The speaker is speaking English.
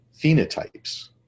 phenotypes